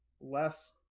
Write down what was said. less